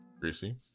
Greasy